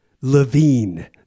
Levine